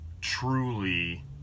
truly